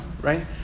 right